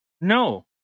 No